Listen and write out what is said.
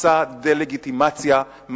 מסע דה-לגיטימציה,